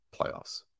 playoffs